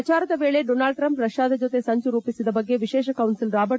ಪ್ರಚಾರದ ವೇಳೆ Donald Trump ರಷ್ಲಾದ ಜತೆ ಸಂಚು ರೂಪಿಸಿದ ಬಗ್ಗೆ ವಿಶೇಷ ಕೌನ್ಸಲ್ ರಾಬರ್ಟ್